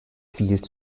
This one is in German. viel